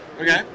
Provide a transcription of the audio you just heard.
okay